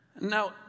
Now